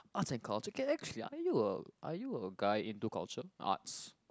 arts and culture okay actually are you a are you a guy into culture arts